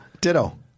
Ditto